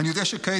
אני יודע שכעת,